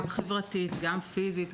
גם חברתית וגם פיזית,